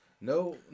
No